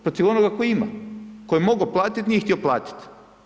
Protiv onoga tko ima, tko je mogao platiti a nije htio platiti.